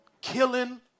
killing